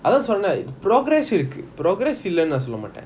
சொன்னான்:sonnan progress இருக்கு:iruku progress இல்லனு சொல்ல மாட்டான்:illanu solla maatan